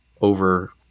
over